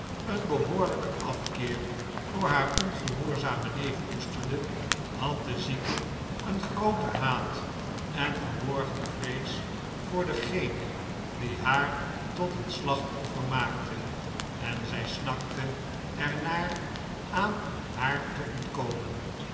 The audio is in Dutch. een behoorlijken af keer voor haar ongehoorzamen neef koesterde had de zieke een grooten haat en verborgen vrees voor degene die haar tot een slachtoffer maakte en zij snakte er naar aan haar te ontkomen